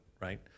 Right